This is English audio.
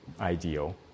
ideal